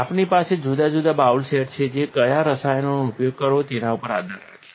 આપણી પાસે જુદા જુદા બાઉલ સેટ છે જે કયા રસાયણનો ઉપયોગ કરવો તેના ઉપર આધાર રાખે છે